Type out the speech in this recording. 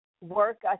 Work